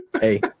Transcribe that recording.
Hey